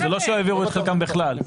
זה לא שלא העבירו את חלקם בכלל.